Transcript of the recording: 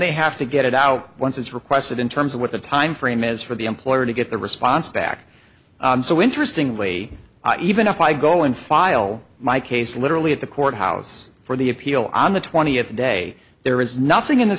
they have to get it out once it's requested in terms of what the timeframe is for the employer to get the response back so interestingly even if i go and file my case literally at the courthouse for the appeal on the twentieth day there is nothing in the